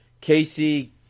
Casey